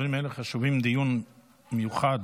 חשוב שיהיה דיון מיוחד